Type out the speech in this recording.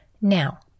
Now